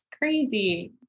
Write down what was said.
crazy